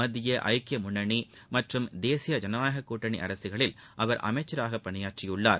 மத்திய ஐக்கிய முன்னணி மற்றும் தேசிய ஜனநாயகக் கூட்டணி அரசுகளில் அவர் அமைச்சராக பணியாற்றியுள்ளார்